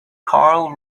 carl